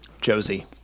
Josie